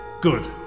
Good